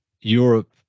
Europe